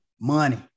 Money